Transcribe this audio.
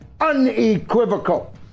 unequivocal